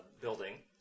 building